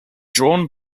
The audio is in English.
drawn